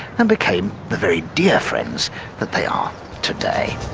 and became the very dear friends that they are today.